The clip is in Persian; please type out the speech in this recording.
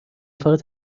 فقط